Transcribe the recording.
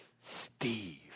Steve